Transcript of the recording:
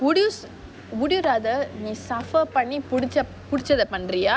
would you would you rather நீ:nee suffer பண்ணி புடிச்சது பண்றியா:panni pudichathu pandriya